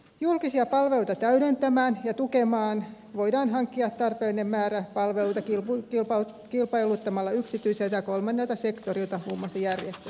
julkisia palveluita täydentämään ja tukemaan voidaan hankkia tarpeellinen määrä palveluita kilpailuttamalla yksityisiä tai toimijoita kolmannelta sektorilta muun muassa järjestöjä